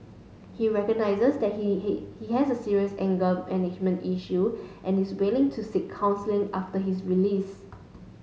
he recognizes that he he has serious anger management issue and is willing to seek counselling after his release